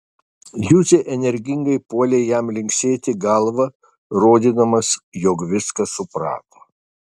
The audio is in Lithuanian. juzė energingai puolė jam linksėti galva rodydamas jog viską suprato